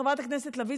חברת הכנסת לביא,